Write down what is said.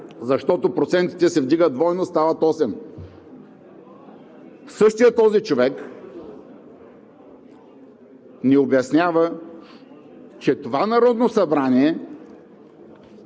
защото процентите се вдигат двойно – стават осем. Същият този човек ни обяснява, че това Народно събрание